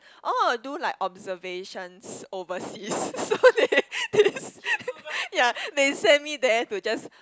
orh do like observations overseas so they this ya they send me there to just